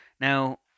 Now